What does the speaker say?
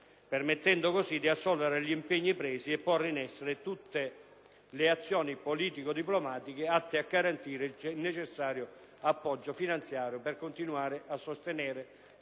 permettendo così di assolvere agli impegni presi e porre in essere tutte le azioni politico-diplomatiche atte a garantire il necessario appoggio finanziario per continuare a sostenere tutte